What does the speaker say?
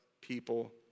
people